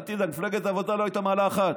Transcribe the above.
אל תדאג, מפלגת העבודה לא הייתה מעלה אחד,